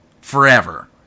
Forever